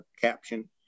caption